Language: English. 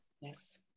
Yes